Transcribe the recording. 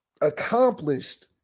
accomplished